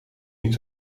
niet